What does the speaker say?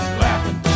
laughing